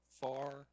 far